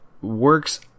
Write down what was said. works